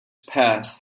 path